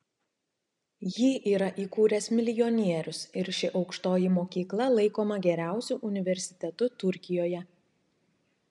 jį yra įkūręs milijonierius ir ši aukštoji mokykla laikoma geriausiu universitetu turkijoje